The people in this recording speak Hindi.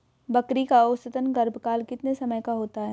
बकरी का औसतन गर्भकाल कितने समय का होता है?